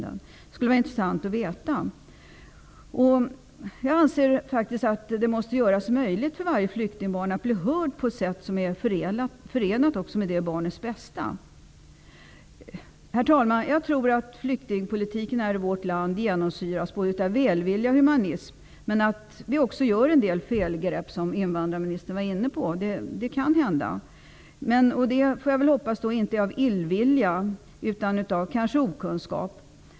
Det skulle vara intressant att få veta. Jag anser att det måste göras möjligt för varje flyktingbarn att bli hörd på ett sätt som är förenat med det barnets bästa. Herr talman! Flyktingpolitiken i vårt land genomsyras av både välvilja och humanism, men det kan också hända, precis som invandrarministern var inne på, att det görs en del felgrepp. Det hoppas jag inte är av illvilja utan av okunskap.